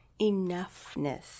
enoughness